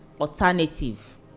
Alternative